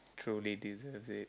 truly deserves it